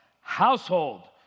Household